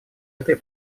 этой